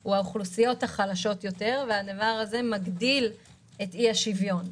הן האוכלוסיות החלשות יותר וזה מגדיל את אי-השוויון,